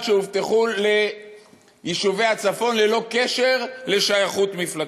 שהובטחו ליישובי הצפון ללא קשר לשייכות מפלגתית.